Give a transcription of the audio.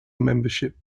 membership